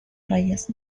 rayas